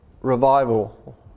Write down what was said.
revival